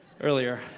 earlier